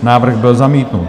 Návrh byl zamítnut.